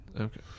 Okay